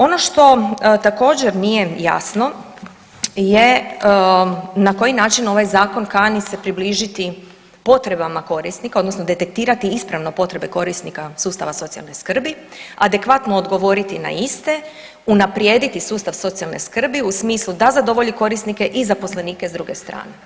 Ono što također nije jasno je na koji način ovaj zakon kani se približiti potrebama korisnika, odnosno detektirati ispravno potrebe korisnika sustava socijalne skrbi, adekvatno odgovoriti na iste, unaprijediti sustav socijalne skrbi u smislu da zadovolji korisnike i zaposlenike s druge strane.